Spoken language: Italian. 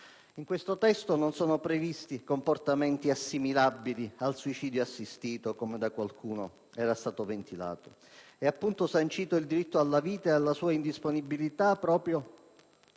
In questo testo non sono previsti comportamenti assimilabili al suicidio assistito, come da qualcuno ventilato. È appunto sancito il diritto alla vita e alla sua indisponibilità proprio